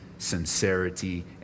sincerity